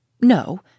No